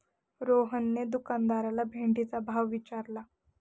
रोहनने दुकानदाराला भेंडीचा भाव विचारला